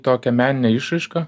tokią meninę išraišką